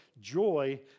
Joy